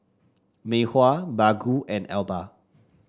Mei Hua Baggu and Alba